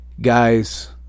guys